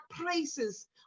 places